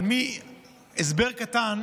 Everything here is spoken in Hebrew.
הסבר קטן.